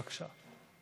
בבקשה.